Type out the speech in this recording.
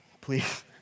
please